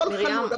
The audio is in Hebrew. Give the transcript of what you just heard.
הכול חלוד,